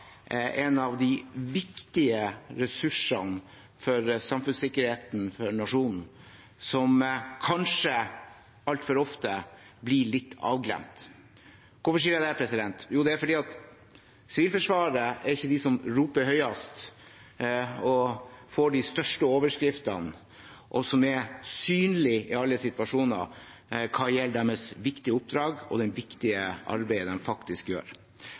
en av de viktige ressursene for samfunnssikkerheten for nasjonen som kanskje altfor ofte blir litt glemt. Hvorfor sier jeg det? Jo, fordi Sivilforsvaret er ikke de som roper høyest og får de største overskriftene, eller er synlig i alle situasjoner hva gjelder deres viktige oppdrag og det viktige arbeidet de faktisk gjør.